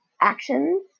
actions